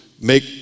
make